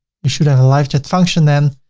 you should have a live chat function then.